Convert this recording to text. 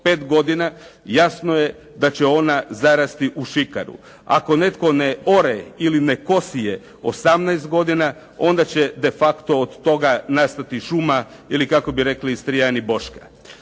5 godina jasno je da će ona zarasti u šikaru. Ako netko ne ore ili ne kosi je 18 godina, onda će de facto od toga nastati šuma, ili kako bi rekli Istrijani boška.